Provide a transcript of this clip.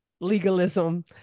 legalism